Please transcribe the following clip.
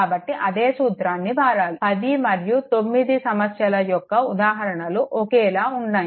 కాబట్టి అదే సర్క్యూట్ని వాడాలి 10 మరియు 9 సమస్యల యొక్క ఉదాహరణలు ఒకేలా ఉన్నాయి